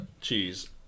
cheese